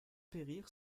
périr